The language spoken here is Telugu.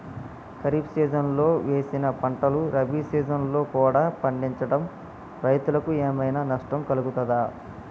ఖరీఫ్ సీజన్లో వేసిన పంటలు రబీ సీజన్లో కూడా పండించడం రైతులకు ఏమైనా నష్టం కలుగుతదా?